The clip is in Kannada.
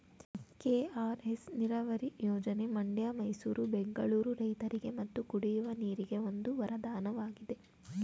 ಕೆ.ಆರ್.ಎಸ್ ನೀರವರಿ ಯೋಜನೆ ಮಂಡ್ಯ ಮೈಸೂರು ಬೆಂಗಳೂರು ರೈತರಿಗೆ ಮತ್ತು ಕುಡಿಯುವ ನೀರಿಗೆ ಒಂದು ವರದಾನವಾಗಿದೆ